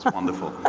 but wonderful,